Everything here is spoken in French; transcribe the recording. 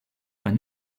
pas